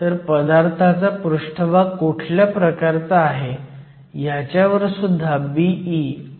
तर germanium pn ही मूल्ये दिली आहेत